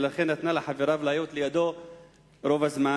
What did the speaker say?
ולכן נתנה לחבריו להיות לידו רוב הזמן.